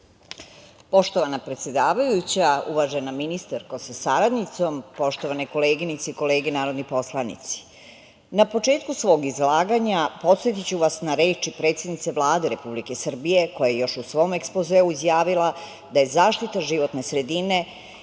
Poštovana predsedavajuća, uvažena ministarko sa saradnicom, poštovane koleginice i kolege narodni poslanici, na početku svog izlaganja podsetiću vas na reči predsednice Vlade Republike Srbije, koja je još u svom ekspozeu izjavila da je zaštita životne sredine